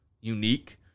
unique